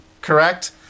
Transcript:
correct